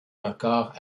encore